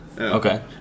Okay